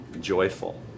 joyful